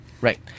Right